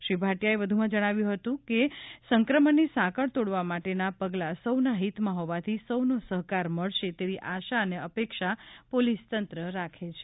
શ્રી ભાટિયાએ વધુમાં જણાવ્યુ હતું કે સંક્રમણની સાંકળ તોડવા માટેના પગલાં સૌના હિતમાં હોવાથી સૌનો સહકાર મળશે તેવી આશા અને અપેક્ષા પોલીસતંત્ર રાખે છે